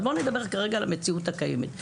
אבל בואו נדבר רגע על המציאות הקיימת.